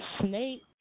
Snake